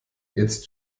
jetzt